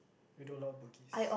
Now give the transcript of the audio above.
we do a lot of Bugis